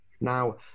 now